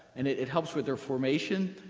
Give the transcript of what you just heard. and it helps with their formation.